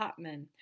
Hotman